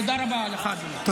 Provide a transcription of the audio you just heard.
תודה רבה לך, אדוני.